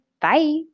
Bye